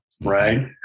Right